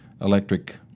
electric